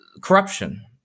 corruption